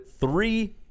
three